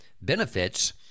benefits